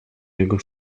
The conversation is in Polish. jego